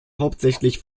hauptsächlich